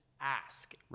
ask